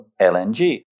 LNG